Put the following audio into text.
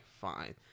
fine